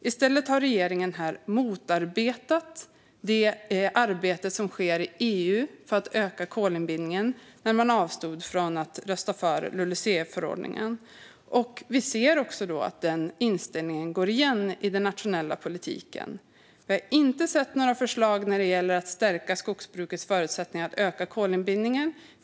I stället har regeringen här motarbetat det arbete som sker i EU för att öka kolinbindningen när den avstod från att rösta för LULUCF-förordningen. Vi ser också att den inställningen går igen i den nationella politiken. Vi har inte sett några förslag när det gäller att stärka skogsbrukets förutsättningar att öka kolinbindningen.